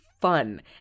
fun